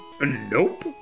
Nope